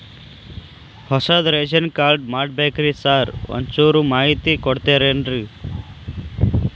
ಹೊಸದ್ ration card ಮಾಡ್ಬೇಕ್ರಿ sir ಒಂಚೂರ್ ಮಾಹಿತಿ ಕೊಡ್ತೇರೆನ್ರಿ?